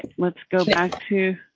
let's go back to.